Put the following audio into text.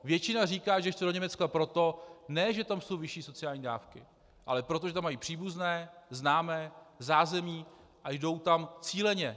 Většina říká, že chce do Německa ne proto, že tam jsou vyšší sociální dávky, ale proto, že tam mají příbuzné, známé, zázemí a jdou tam cíleně.